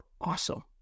awesome